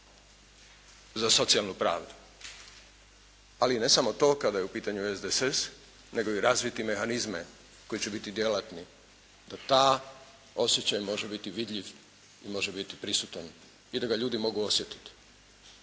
za socijalnu pravdu ali ne samo to kada je u pitanju SDSS nego i razviti mehanizme koji će biti djelatni da taj osjećaj može biti vidljiv i da može biti prisutan, i da ga ljudi mogu osjetiti.